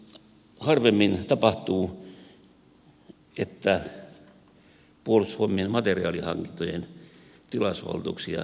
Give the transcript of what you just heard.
harvemmin tapahtuu että puolustusvoimien materiaalihankintojen tilausvaltuuksia leikataan